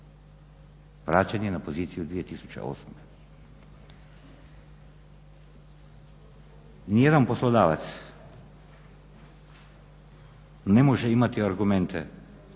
vraćanje na poziciju 2008. Nijedan poslodavac ne može imati argumente